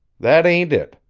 that ain't it.